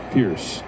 Pierce